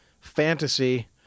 fantasy